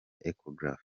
echographie